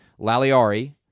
Laliari